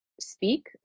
speak